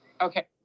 Okay